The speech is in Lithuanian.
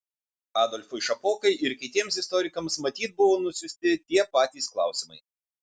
adolfui šapokai ir kitiems istorikams matyt buvo nusiųsti tie patys klausimai